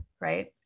right